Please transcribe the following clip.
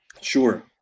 Sure